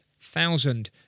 thousand